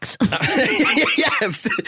Yes